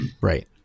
Right